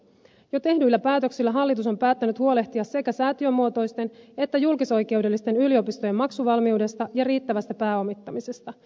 jo tehdyillä päätöksillä hallitus on päättänyt huolehtia sekä säätiömuotoisten että julkisoikeudellisten yliopistojen maksuvalmiudesta ja riittävästä pääomittamisesta